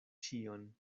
ĉion